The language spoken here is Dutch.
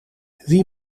wie